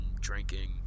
drinking